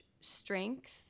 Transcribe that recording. strength